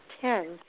ten